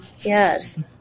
Yes